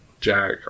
Jack